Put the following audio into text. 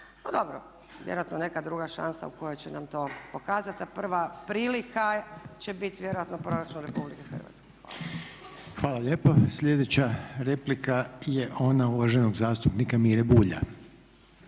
dobro, vjerojatno neka draga šansa u kojoj će nam to pokazati, a prva prilika će biti vjerojatno proračun RH. Hvala. **Reiner, Željko (HDZ)** Hvala lijepo. Slijedeća replika je ona uvaženog zastupnika Mire Bulj.